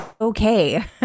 okay